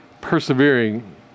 Persevering